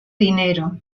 dinero